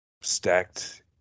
stacked